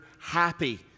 happy